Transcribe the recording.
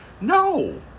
No